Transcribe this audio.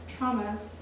traumas